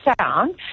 sound